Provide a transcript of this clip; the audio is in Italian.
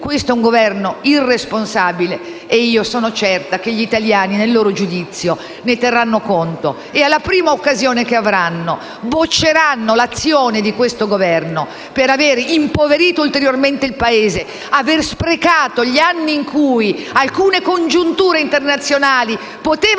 Questo è un Governo irresponsabile e sono certa che gli italiani, nel loro giudizio, ne terranno conto e, alla prima occasione che avranno, bocceranno la sua azione per aver impoverito ulteriormente il Paese, sprecato anni di congiunture internazionali che